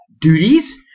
duties